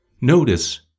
Notice